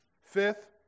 Fifth